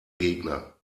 gegner